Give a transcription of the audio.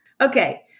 Okay